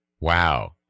Wow